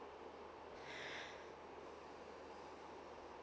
oh